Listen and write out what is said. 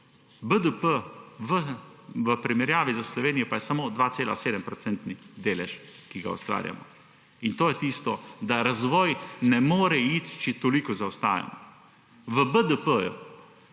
BDP v primerjavi s Slovenijo pa je samo 2,7-procentni delež, ki ga ustvarjamo. To je tisto, razvoj ne more iti, če toliko zaostajamo. V BDP